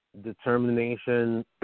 determination